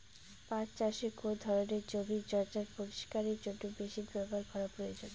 পাট চাষে কোন ধরনের জমির জঞ্জাল পরিষ্কারের জন্য মেশিন ব্যবহার করা প্রয়োজন?